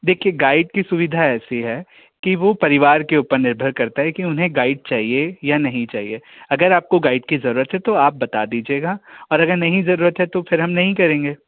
देखिए गाइड की सुविधा ऐसी है कि वो परिवार के ऊपर निर्भर करता है कि उन्हें गाइड चाहिए या नहीं चाहिए अगर आपको गाइड की ज़रूरत है तो आप बता दीजिएगा और अगर नहीं ज़रूरत है तो फिर हम नहीं करेंगे